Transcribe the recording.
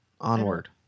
Onward